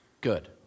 good